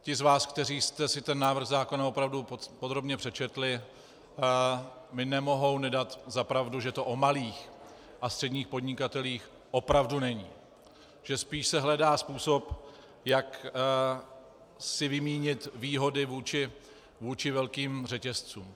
Ti z vás, kteří jste si ten návrh zákona opravdu podrobně přečetli, mi nemohou nedat za pravdu, že to o malých a středních podnikatelích opravdu není, že se spíš hledá způsob, jak si vymínit výhody vůči velkým řetězcům.